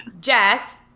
Jess